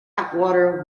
atwater